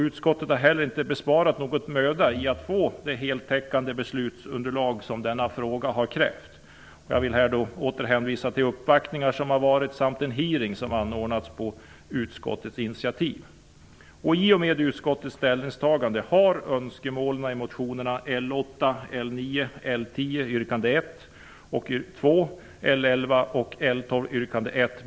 Utskottet har heller inte sparat någon möda i fråga om att få det heltäckande beslutsunderlag som denna fråga har krävt. Jag vill här åter hänvisa till de uppvaktningar som varit samt den hearing som anordnats på utskottets initiativ.